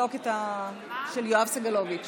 נבדוק את של יואב סגלוביץ'.